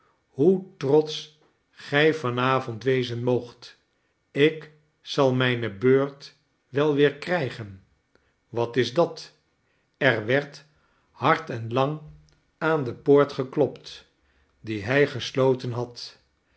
hoe trotsch gij van avond wezen moogt ik zal mijne beurt wel weer krijgen wat is dat er werd hard en lang aan de poort geklopt die hij gesloten had